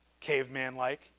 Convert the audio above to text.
caveman-like